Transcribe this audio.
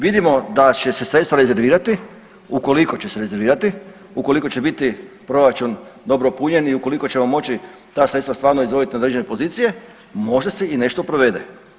Vidimo da će se sredstva rezervirati ukoliko će se rezervirati, ukoliko će biti proračun dobro punjen i ukoliko ćemo moći ta sredstva stvarno izdvojiti na određene pozicije možda se i nešto provede.